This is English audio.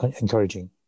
encouraging